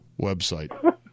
website